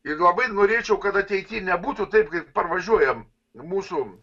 ir labai norėčiau kad ateity nebūtų taip kai parvažiuojam mūsų